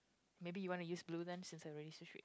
maybe you want to use blue then since I already switch